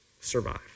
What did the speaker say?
survive